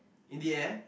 in the air